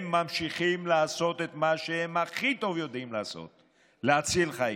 הם ממשיכים לעשות את מה שהם יודעים לעשות הכי טוב: להציל חיים.